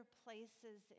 places